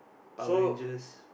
Power-Rangers